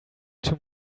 too